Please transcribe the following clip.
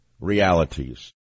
Realities